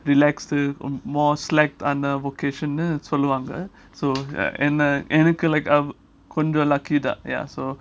relax uh more slack அந்த:andha vocation னு சொல்வாங்க:nu solvanga so uh and uh எனக்கு:enaku like uh கொஞ்சம்:konjam lucky தான்:than ya so